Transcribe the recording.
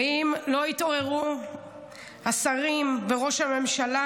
ואם לא יתעוררו השרים וראש הממשלה,